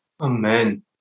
Amen